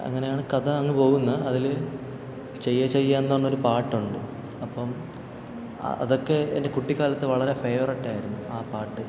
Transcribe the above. അങ്ങനെയാണ് കഥ അങ്ങു പോകുന്ന അതിൽ ചെയ്യ ചെയ്യുകയെന്നു പറഞ്ഞൊരു പാട്ടുണ്ട് അപ്പം അതൊക്കെ എൻ്റെ കുട്ടിക്കാലത്ത് വളരെ ഫേവറേറ്റായിരുന്നു ആ പാട്ട്